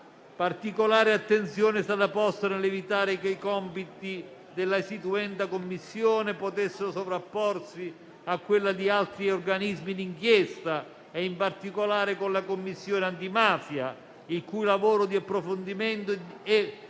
Particolare attenzione sarà posta nell'evitare che i compiti dell'istituenda Commissione possano sovrapporsi a quelli di altri organismi di inchiesta, in particolare con la Commissione antimafia, il cui lavoro di approfondimento è precipuamente